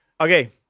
Okay